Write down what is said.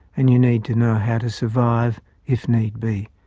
and you need to know how to survive if need be.